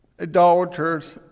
idolaters